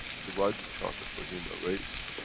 to write the charter for human race.